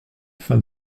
fins